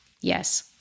yes